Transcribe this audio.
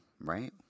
right